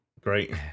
great